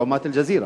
לעומת "אל-ג'זירה".